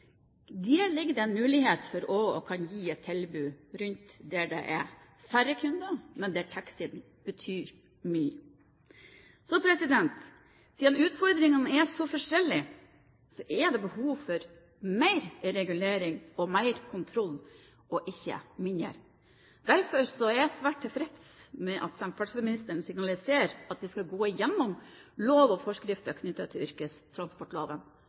Der ligger det en mulighet for også å kunne gi et tilbud i områder der det er færre kunder, men der taxien betyr mye. Siden utfordringene er så forskjellige, er det behov for mer regulering og mer kontroll, ikke mindre. Derfor er jeg svært tilfreds med at samferdselsministeren signaliserer at vi skal gå igjennom yrkestransportloven og forskriftene knyttet til